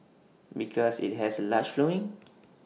because IT has A large following